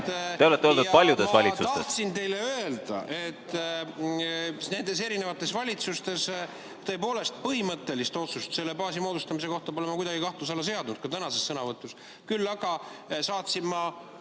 Te olete olnud paljudes valitsustes.